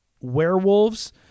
werewolves